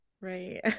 Right